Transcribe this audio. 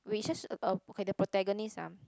which just a a protagonist ah